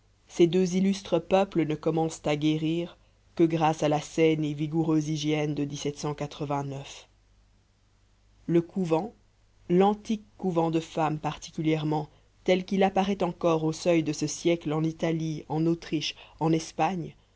ces deux illustres peuples ne commencent à guérir que grâce à la saine et vigoureuse hygiène de le couvent l'antique couvent de femmes particulièrement tel qu'il apparaît encore au seuil de ce siècle en italie en autriche en espagne